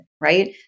right